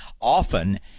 often